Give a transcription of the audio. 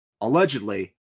allegedly